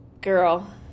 Girl